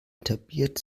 etabliert